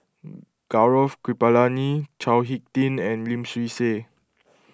Gaurav Kripalani Chao Hick Tin and Lim Swee Say